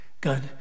God